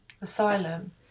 Asylum